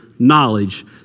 Knowledge